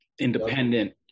independent